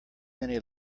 many